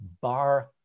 bar